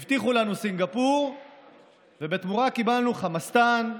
הבטיחו לנו סינגפור ובתמורה קיבלנו חמאסטן,